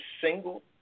single